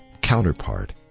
counterpart